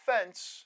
offense